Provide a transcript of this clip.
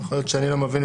יכול להיות שאני לא מבין,